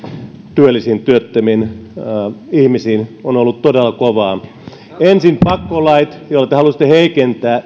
työllisiin ja työttömiin ihmisiin on ollut todella kovaa ensin pakkolait joilla te halusitte heikentää